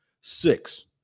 Six